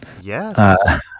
yes